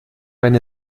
eine